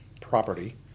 property